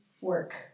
work